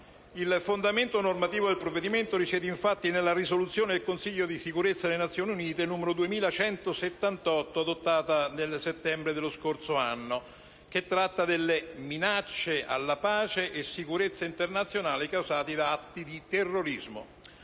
Il fondamento normativo del provvedimento risiede infatti nella risoluzione del Consiglio di sicurezza delle Nazioni Unite n. 2178, adottata nel settembre dello scorso anno, che tratta delle minacce alla pace e alla sicurezza internazionale causate da atti di terrorismo.